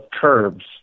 curbs